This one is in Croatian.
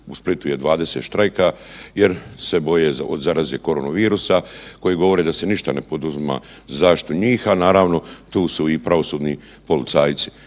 u Splitu ih 20 štrajka jer se boje od zaraze korona virusa koje govore da se ništa ne poduzima u zaštiti njih, a naravno tu su i pravosudni policajci.